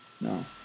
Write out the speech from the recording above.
No